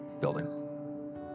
building